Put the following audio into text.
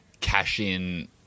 cash-in